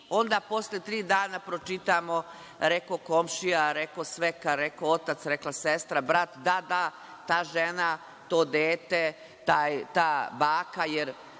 onda posle tri dana pročitamo – rekao komšija, rekao svekar, rekao otac, rekla sestra, brat, da ta žena, to dete, ta baka, jer